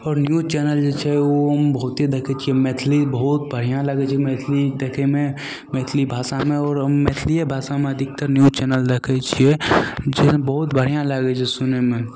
आओर news channel जे छै ओ हम बहुते देखै छिए मैथिली बहुत बढ़िआँ लागै छै मैथिली देखैमे मैथिली भाषामे आओर हम मैथिलिए भाषामे अधिकतर न्यूज चैनल देखै छिए जे बहुत बढ़िआँ लागै छै सुनैमे